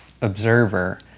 observer